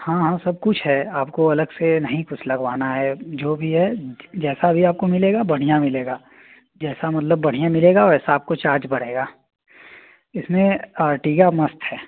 हाँ हाँ सब कुछ है आपको अलग से नहीं कुछ लगवाना है जो भी है जैसा भी आपको मिलेगा बढ़िया मिलेगा जैसा मतलब बढ़िया मिलेगा वैसा आपको चार्ज बढ़ेगा इसमें आर्टिगा मस्त है